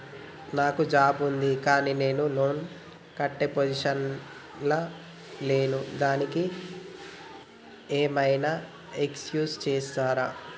నాకు జాబ్ ఉంది కానీ నేను లోన్ కట్టే పొజిషన్ లా లేను దానికి ఏం ఐనా ఎక్స్క్యూజ్ చేస్తరా?